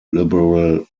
liberal